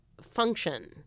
function